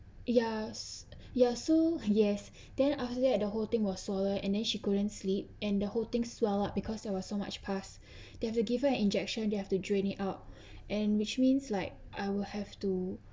yes ya so yes then after that the whole thing was sore and then she couldn't sleep and the whole thing swell up because there was so much pus they have to give her an injection they have to drain it out and which means like I will have to